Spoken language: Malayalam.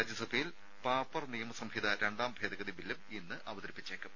രാജ്യസഭയിൽ പാപ്പർ നിയമസംഹിത രണ്ടാം ഭേദഗതി ബില്ലും ഇന്ന് അവതരിപ്പിച്ചേക്കും